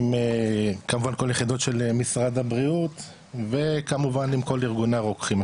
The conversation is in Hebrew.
עם כמובן כל יחידות של משרד הבריאות וכמובן עם כל ארגוני הרוקחים.